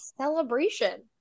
celebration